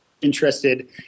interested